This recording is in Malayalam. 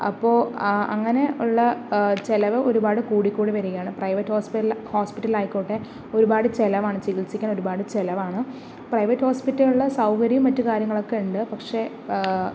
അപ്പോൾ അങ്ങനെ ഉള്ള ചിലവ് ഒരുപാട് കൂടിക്കൂടി വരികയാണ് പ്രൈവറ്റ് ഹോസ്പിറ്റൽ ആയിക്കോട്ടെ ഒരുപാട് ചിലവാണ് ചികിത്സിക്കാൻ ഒരുപാട് ചിലവാണ് പ്രൈവറ്റ് ഹോസ്പിറ്റലുളിൽ സൗകര്യവും മറ്റു കാര്യങ്ങളൊക്കെ ഉണ്ട് പക്ഷേ